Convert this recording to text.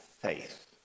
faith